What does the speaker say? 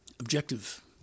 objective